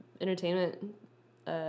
entertainment